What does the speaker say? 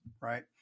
right